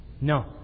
No